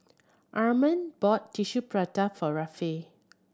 Armand bought Tissue Prata for Rafe